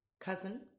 cousin